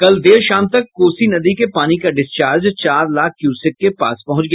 कल देर शाम तक कोसी नदी के पानी का डिस्चार्ज चार लाख क्यूसेक के पास पहुंच गया